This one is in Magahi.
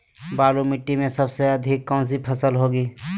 बालू मिट्टी में सबसे अधिक कौन सी फसल होगी?